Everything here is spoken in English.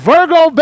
Virgo